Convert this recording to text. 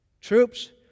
Troops